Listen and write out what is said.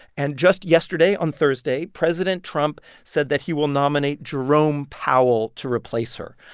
and just yesterday, on thursday, president trump said that he will nominate jerome powell to replace her.